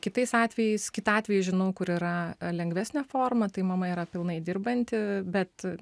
kitais atvejais kitą atvejį žinau kur yra lengvesnė forma tai mama yra pilnai dirbanti bet